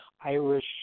Irish